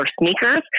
sneakers